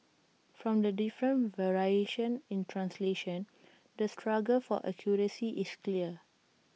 from the different variations in translation the struggle for accuracy is clear